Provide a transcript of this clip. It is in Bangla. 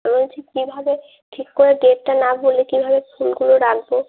বলছি কীভাবে ঠিক করে ডেটটা না বললে কীভাবে ফুলগুলো রাখবো